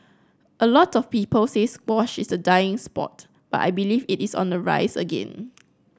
a lot of people say squash is a dying sport but I believe it is on the rise again